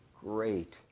great